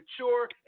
mature